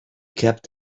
kept